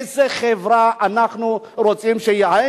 איזה חברה אנחנו רוצים שתהיה.